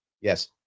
Yes